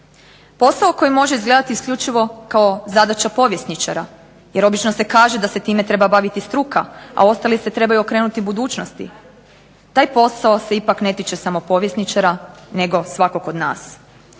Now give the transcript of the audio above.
Posao koji može izgledati isključivo kao zadaća povjesničara. Jer obično se kaže da se time treba baviti struka, a ostali se trebaju okrenuti budućnosti. Taj posao se ipak ne tiče samo povjesničara nego svakog od nas.